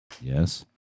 Yes